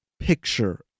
picture